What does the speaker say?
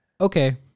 okay